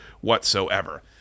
whatsoever